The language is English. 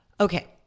Okay